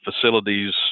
facilities